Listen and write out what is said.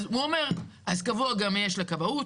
אז הוא אומר אז קבוע גם יהיה לכבאות,